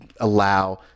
allow